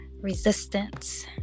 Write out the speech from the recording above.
resistance